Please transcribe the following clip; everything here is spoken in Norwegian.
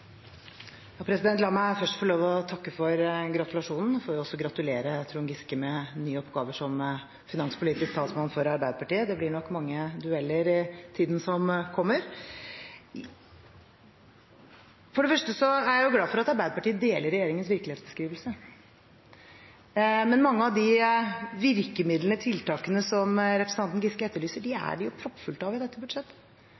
La meg først få lov å takke for gratulasjonen. Jeg får også gratulere Trond Giske med nye oppgaver som finanspolitisk talsmann for Arbeiderpartiet. Det blir nok mange dueller i tiden som kommer. For det første er jeg glad for at Arbeiderpartiet deler regjeringens virkelighetsbeskrivelse. Men mange av de virkemidlene og tiltakene som representanten Giske etterlyser,